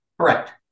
Correct